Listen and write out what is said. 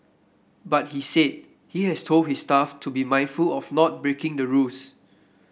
but he said he has told his staff to be mindful of not breaking the rules